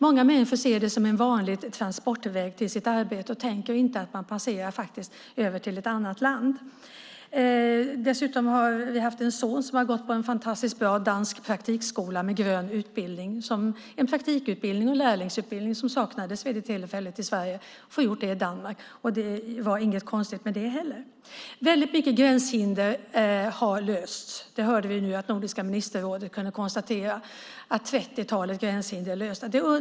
Många människor ser det som en vanlig transportväg till sitt arbete och tänker inte på att de passerar över till ett annat land. Vi har en son som har gått på en fantastiskt bra dansk praktikskola med grön utbildning. Det var en praktikutbildning - lärlingsutbildning - som saknades vid det tillfället i Sverige. Han gjorde utbildningen i Danmark. Det var inget konstigt med det. Många gränshinder har lösts. Vi hörde att Nordiska ministerrådet har konstaterat att trettiotalet gränshinder är lösta.